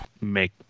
make